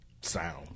sound